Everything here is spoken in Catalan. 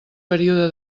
període